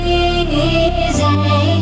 easy